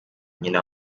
nyina